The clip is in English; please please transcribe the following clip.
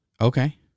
Okay